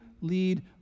lead